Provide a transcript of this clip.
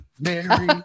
Mary